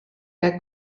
der